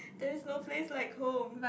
there is no place like home